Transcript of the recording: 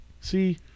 see